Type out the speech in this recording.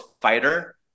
fighter